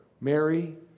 Mary